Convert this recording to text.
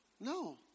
No